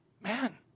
man